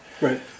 Right